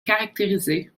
caractériser